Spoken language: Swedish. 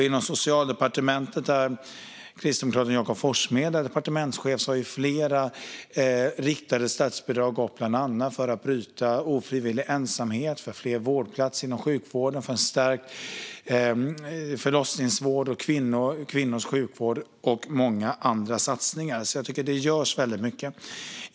Inom Socialdepartementet, där kristdemokraten Jakob Forssmed är departementschef, har flera riktade statsbidrag införts bland annat för att bryta ofrivillig ensamhet, för fler vårdplatser inom sjukvården, för en stärkt förlossningsvård och för kvinnors sjukvård. Och många andra satsningar har gjorts. Jag tycker alltså att det görs väldigt mycket.